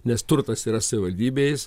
nes turtas yra savivaldybės